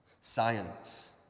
Science